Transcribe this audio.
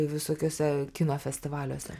visokiuose kino festivaliuose